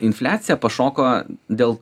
infliacija pašoko dėl